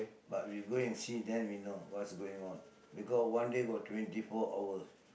but we go and see then we know what is going on because one day got twenty four hours